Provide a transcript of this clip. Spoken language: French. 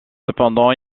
cependant